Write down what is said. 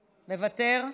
מוותר,